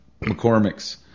McCormick's